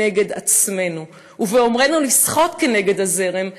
כנגד עצמנו' ובאומרנו 'לשחות כנגד הזרם'